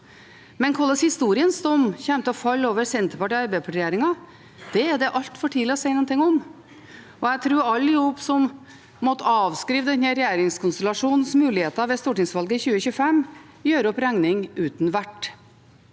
Hvordan historiens dom kommer til å falle over regjeringen med Senterpartiet og Arbeiderpartiet, er det likevel altfor tidlig å si noe om. Jeg tror alle som nå måtte avskrive denne regjeringskonstellasjonens muligheter ved stortingsvalget i 2025, gjør opp regning uten vert,